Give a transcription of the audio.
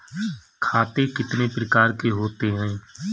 खाते कितने प्रकार के होते हैं?